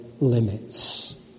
limits